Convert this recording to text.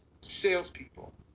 salespeople